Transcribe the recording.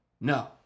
no